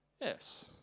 Yes